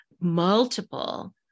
Multiple